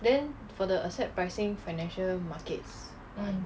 then for the asset pricing financial markets